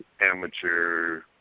Amateur